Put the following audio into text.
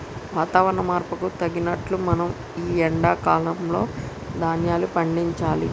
వాతవరణ మార్పుకు తగినట్లు మనం ఈ ఎండా కాలం లో ధ్యాన్యాలు పండించాలి